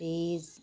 fridge